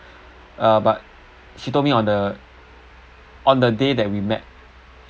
uh but she told me on the on the day that we met